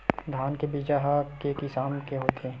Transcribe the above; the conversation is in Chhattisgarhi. धान के बीजा ह के किसम के होथे?